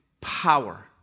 power